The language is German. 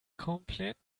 komplett